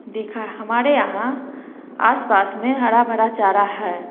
देखा है हमारे यहाँ आसपास में हरा भरा चारा है